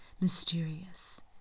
mysterious